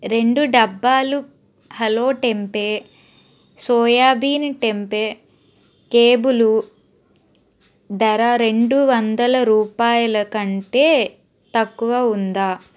రెండు డబ్బాలు hello tempeh soybean tempeh కేబులు ధర రెండు వందల రూపాయలకంటే తక్కువ ఉందా